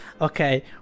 Okay